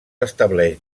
estableix